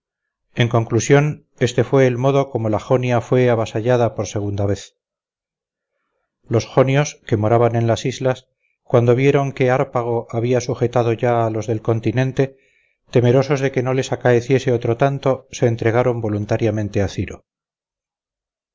en conclusión este fue el modo como la jonia fue avasallada por segunda vez los jonios que moraban en las islas cuando vieron que hárpago había sujetado ya a los del continente temerosos de que no les acaeciese otro tanto se entregaron voluntariamente a ciro